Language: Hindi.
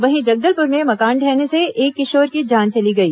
वहीं जगदलपुर में मकान ढहने से एक किशोर की जान चली गई